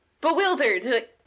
bewildered